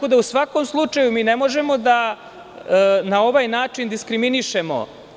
U svakom slučaju, ne možemo da na ovaj način diskriminišemo.